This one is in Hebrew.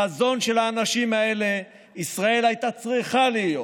בחזון של האנשים האלה ישראל הייתה צריכה להיות